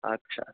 আচ্ছা আচ্ছা